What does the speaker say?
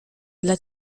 dla